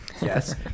Yes